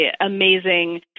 amazing